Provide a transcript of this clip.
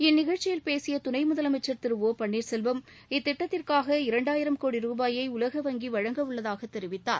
இந்நிகழ்ச்சியில் பேசிய துணை முதலமைச்ச் திரு ஒ பன்னீர்செல்வம் இத்திட்டத்திற்காக இரண்டாயிரம் கோடி ரூபாயை உலக வங்கி வழங்க உள்ளதாக தெரிவித்தார்